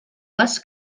les